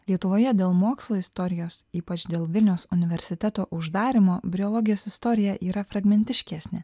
lietuvoje dėl mokslo istorijos ypač dėl vilniaus universiteto uždarymo briologijos istorija yra fragmentiškesnė